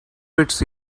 fits